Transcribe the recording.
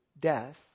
death